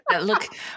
Look